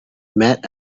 met